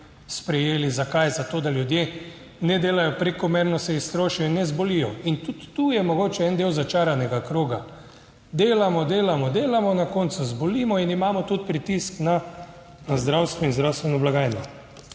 sprejeli. Zakaj, Zato, da ljudje ne delajo prekomerno, se iztrošijo in ne zbolijo in tudi tu je mogoče en del začaranega kroga, delamo, delamo, delamo, na koncu zbolimo in imamo tudi pritisk na zdravstvo in zdravstveno blagajno.